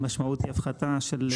המשמעות היא הפחתה של שירותים לאזרח.